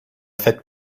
faites